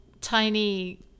tiny